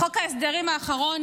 חוק ההסדרים האחרון,